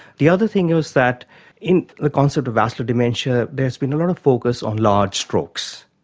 the other thing was that in the concept of vascular dementia there has been a lot of focus on large strokes.